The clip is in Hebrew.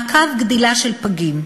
מעקב גדילה של פגים: